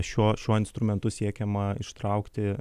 šio šiuo instrumentu siekiama ištraukti